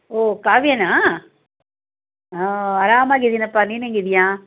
ಓಹ್ ಕಾವ್ಯನಾ ಹಾಂ ಆರಾಮಾಗಿದ್ದೀನಪ್ಪ ನೀನು ಹೆಂಗಿದ್ದೀಯ